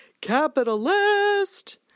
capitalist